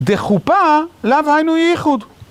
דחופה! למה היינו איחוד?